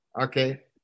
okay